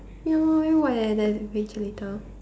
ya very what eh that invigilator